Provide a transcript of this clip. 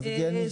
יבגני סובה.